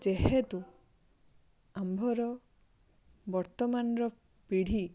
ଯେହେତୁ ଆମ୍ଭର ବର୍ତ୍ତମାନର ପିଢ଼ି